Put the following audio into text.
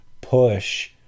push